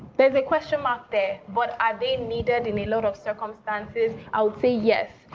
there's a question mark there. but are they needed in a lot of circumstances? i would say, yes,